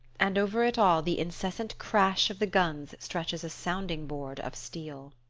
and over it all the incessant crash of the guns stretches a sounding-board of steel.